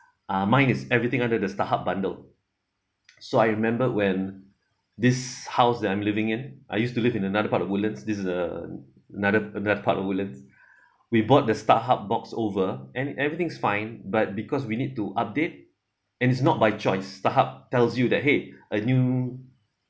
uh mine is everything under the starhub bundle so I remember when this house that I'm living in I used to live in another part of woodlands this is a another another part of woodlands we bought the starhub box over and everything's fine but because we need to update and it's not by choice starhub tells you that !hey! a new